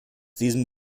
diesem